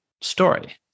story